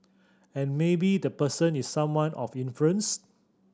and maybe the person is someone of influence